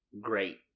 great